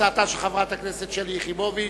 הצעתה של חברת הכנסת שלי יחימוביץ.